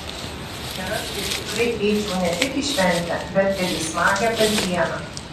ir aš taip tikrai eičiau ne tik į šventę bet ir į smagią kasdieną